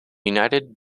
united